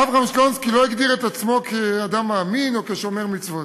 אברהם שלונסקי לא הגדיר את עצמו כאדם מאמין או כשומר מצוות.